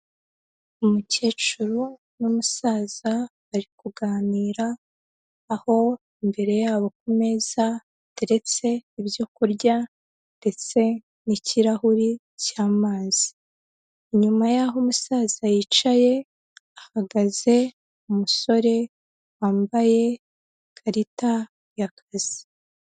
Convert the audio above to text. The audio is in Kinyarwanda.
Umukecuru n'umusaza bari kuganira aho imbere yabo ku meza hateretse ibyo kurya ndetse n'ikirahuri cy'amazi. Nyuma y'aho umusaza yicaye hahagaze umusore wambaye ikarita y'akazi.